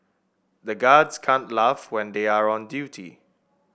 the guards can't laugh when they are on duty